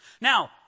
Now